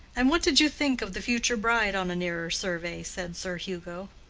and what did you think of the future bride on a nearer survey? said sir hugo.